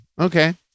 okay